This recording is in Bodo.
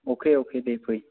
अखे अखे दे फै